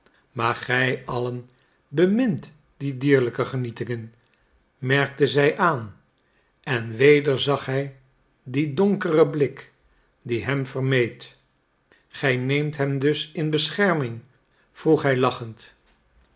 maar gij allen bemint die dierlijke genietingen merkte zij aan en weder zag hij dien donkeren blik die hem vermeed gij neemt hem dus in bescherming vroeg hij lachend